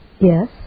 Yes